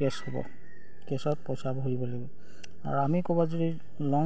cash হ'ব কেছত পইচা ভৰিব লাগিব আৰু আমি ক'বাত যদি লং